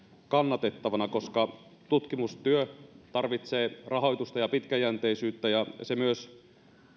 kannatettavana koska tutkimustyö tarvitsee rahoitusta ja pitkäjänteisyyttä ja se myös